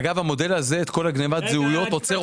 אגב, המודל הזה, גניבת זהות, עוצר און-ליין.